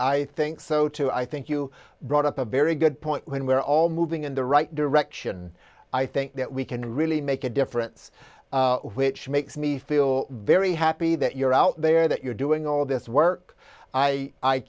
i think so too i think you brought up a very good point when we're all moving in the right direction i think that we can really make a difference which makes me feel very happy that you're out there that you're doing all this work i i